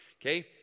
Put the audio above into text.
Okay